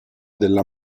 della